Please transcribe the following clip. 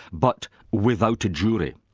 but without a jury.